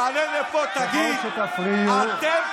אתה תעלה לפה ותגיד: אתם